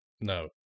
no